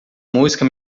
música